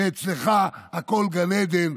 ואצלך הכול גן עדן,